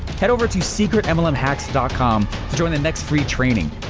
head over to secretmlmhacks dot com to join the next free training.